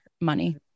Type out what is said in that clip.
money